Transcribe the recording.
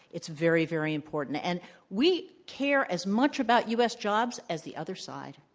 it's very, very important. and we care as much about u. s. jobs as the other side.